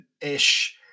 ish